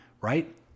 right